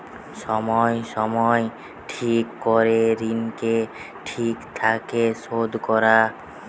সময় সময় ঠিক করে ঋণকে ঠিক থাকে শোধ করা